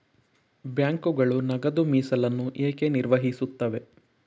ಬ್ಯಾಂಕುಗಳು ನಗದು ಮೀಸಲನ್ನು ಏಕೆ ನಿರ್ವಹಿಸುತ್ತವೆ?